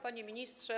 Panie Ministrze!